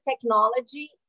technology